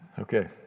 Okay